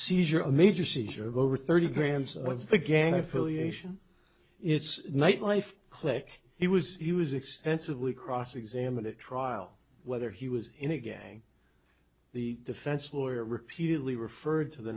seizure a major seizure of over thirty grams of the gang affiliation it's nightlife click he was he was extensively cross examined it trial whether he was in a gang the defense lawyer repeatedly referred to the